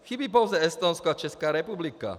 Chybí pouze Estonsko a Česká republika.